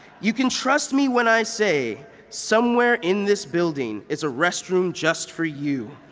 you can trust me when i say somewhere in this building is a restroom just for you.